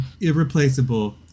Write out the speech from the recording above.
irreplaceable